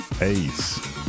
ace